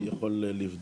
אני יכול לבדוק.